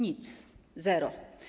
Nic, zero.